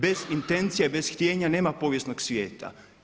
Bez intencija i bez htjenja nema povijesnog svijeta.